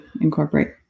incorporate